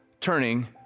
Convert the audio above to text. turning